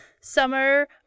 summer